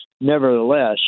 Nevertheless